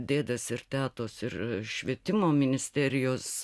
dėdės ir tetos ir švietimo ministerijos